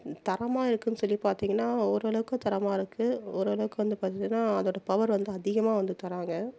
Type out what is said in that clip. தரமாக இருக்குனு சொல்லி பார்த்திங்கினா ஒரு அளவுக்கு தரமாக இருக்குது ஒரு அளவுக்கு வந்து பார்த்தினா அதோடய பவர் வந்து அதிகமாக வந்து தராங்க